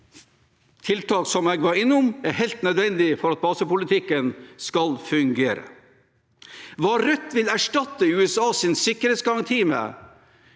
tiltak jeg var innom, er helt nødvendige for at basepolitikken skal fungere. Hva Rødt vil erstatte USAs sikkerhetsgaranti med,